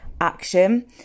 action